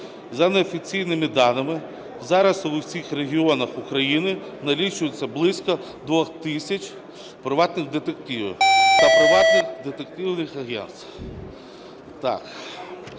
За неофіційними даними, зараз у всіх регіонах України налічується близько 2 тисяч приватних детективів та приватних детективних агентств.